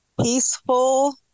peaceful